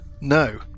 No